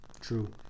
true